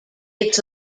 its